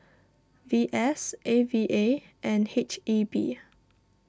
V S A V A and H E B